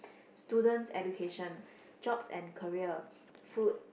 student's education jobs and career food